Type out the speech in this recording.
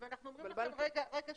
ואנחנו אומרים לכם שוב רגע,